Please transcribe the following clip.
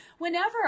whenever